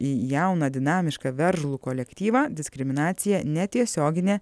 į jauną dinamišką veržlų kolektyvą diskriminacija netiesioginė